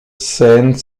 scène